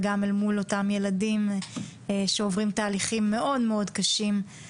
ואת העשייה שלך מול אותם ילדים שעוברים תהליכים מאוד מאוד קשים.